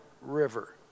River